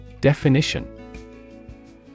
Definition